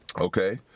okay